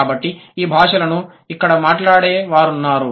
కాబట్టి ఈ భాషలను ఇక్కడ మాట్లాడే వారున్నారు